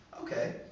Okay